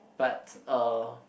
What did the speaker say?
but uh